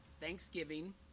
thanksgiving